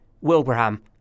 Wilbraham